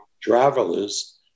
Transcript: travelers